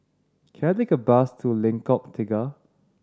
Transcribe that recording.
can I take a bus to Lengkok Tiga